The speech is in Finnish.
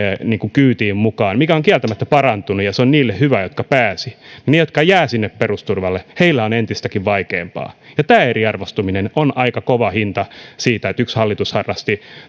kyytiin mukaan joka on kieltämättä parantunut ja se on niille hyvä jotka pääsivät ja jotka jäävät sinne perusturvalle on entistäkin vaikeampaa tämä eriarvoistuminen on aika kova hinta siitä että yksi hallitus harrasti